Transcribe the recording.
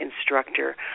instructor